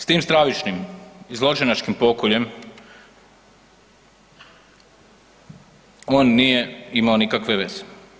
S tim stravičnim i zločinačkim pokoljem on nije imao nikakve veze.